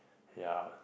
yeah